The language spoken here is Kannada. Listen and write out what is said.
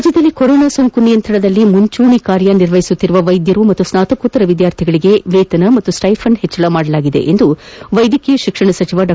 ರಾಜ್ಯದಲ್ಲಿ ಕೊರೋನಾ ಸೋಂಕು ನಿಯಂತ್ರಣದಲ್ಲಿ ಮುಂಚೂಣಿಯಾಗಿ ಕಾರ್ಯನಿರ್ವಹಿಸುತ್ತಿರುವ ವೈದ್ಯರು ಹಾಗೂ ಸ್ನಾತಕೋತ್ತರ ವಿದ್ಯಾರ್ಥಿಗಳಿಗೆ ವೇತನ ಹಾಗೂ ಸ್ಟೈಫಂಡ್ ಹೆಚ್ಚಳಮಾಡಲಾಗಿದೆ ಎಂದು ವೈದ್ಯಕೀಯ ಶಿಕ್ಷಣ ಸಚಿವ ಡಾ